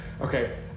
okay